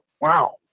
wow